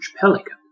pelican